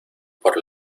por